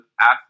ask